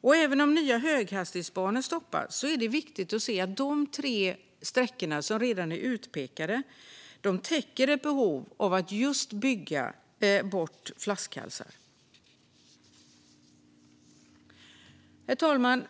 Och även om nya höghastighetsbanor stoppas är det viktigt att se att de tre redan utpekade sträckorna täcker ett behov av att just bygga bort flaskhalsar. Herr talman!